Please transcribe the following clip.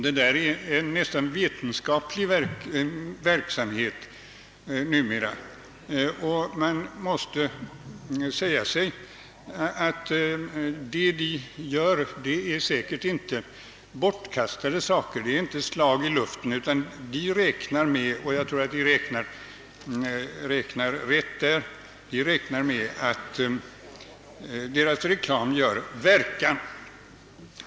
Det är numera nästan fråga om en vetenskaplig verksamhet, och man måste säga sig att det de gör säkert inte är bortkastat. Det är inte något slag i luften, utan de räknar med — och jag tror att de räknar rätt att deras reklam gör verkan.